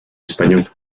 español